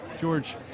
George